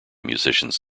musicians